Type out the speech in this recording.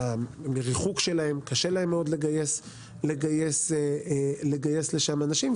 הריחוק שלהם קשה להם מאוד לגייס לשם אנשים.